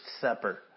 supper